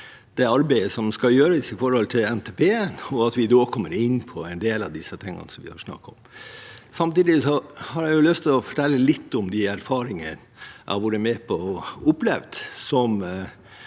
det arbeidet som skal gjøres knyttet til NTP, og at vi da kommer inn på en del av disse tingene som vi har snakket om. Samtidig har jeg lyst å fortelle litt om erfaringer og det jeg har vært med på å oppleve som